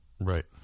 right